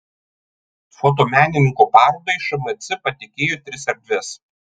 fotomenininko parodai šmc patikėjo tris erdves